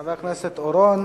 חבר הכנסת חיים אורון,